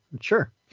Sure